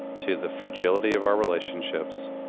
to the fragility of our relationships,